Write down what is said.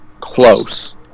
close